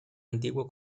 antiguo